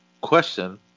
Question